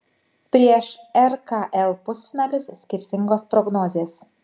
prieš rkl pusfinalius skirtingos prognozės